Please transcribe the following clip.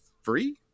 free